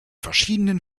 verschiedenen